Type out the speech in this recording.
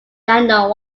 not